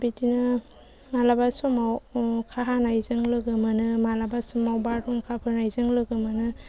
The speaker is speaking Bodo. बिदिनो मालाबा समाव अखा हानायजों लोगो मोनो मालाबा समाव बारहुंखा फैनायजों लोगो मोनो